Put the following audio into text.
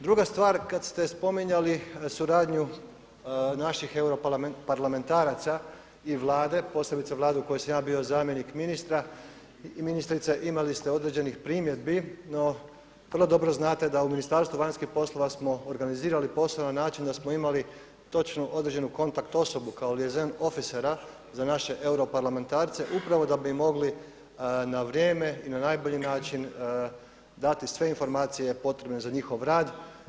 Druga stvar, kada ste spominjali suradnju naših europarlamentaraca i Vlade, posebice Vlade u kojoj sam ja bio zamjenik ministra i ministrice, imali ste određenih primjedbi, no vrlo dobro znate da u Ministarstvu vanjskih poslova smo organizirali poslove na način da smo imali točno određenu kontakt osobu kao … za naše europarlamentarce upravo da bi mogli na vrijeme i na najbolji način dati sve informacije potrebne za njihov rad.